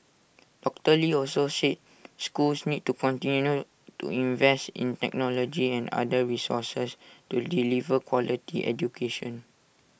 doctor lee also said schools need to continue to invest in technology and other resources to deliver quality education